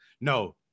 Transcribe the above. No